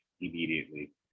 immediately